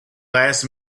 last